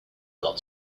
got